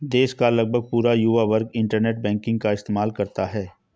देश का लगभग पूरा युवा वर्ग इन्टरनेट बैंकिंग का इस्तेमाल करता है